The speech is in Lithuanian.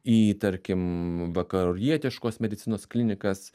į tarkim vakarietiškos medicinos klinikas